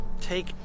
take